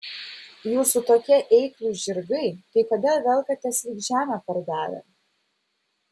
jūsų tokie eiklūs žirgai tai kodėl velkatės lyg žemę pardavę